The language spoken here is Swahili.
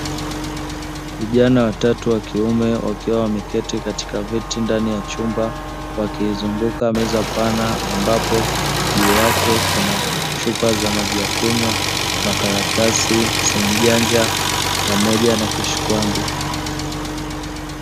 Vijana watatu wa kiume wakiwa wameketi katika viti ndani ya chumba wakizunguka meza pana ambapo juu yake kuna: chupa za maji ya kunywa, makaratasi, simu janja pamoja na kishikwambi.